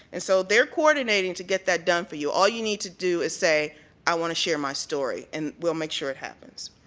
and so their coordinating to get that done for you. all you ned to do is say i want to share my story and we'll make sure it happens.